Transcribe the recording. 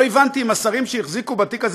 לא הבנתי אם השרים שהחזיקו בתיק הזה